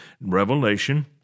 Revelation